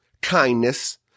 Kindness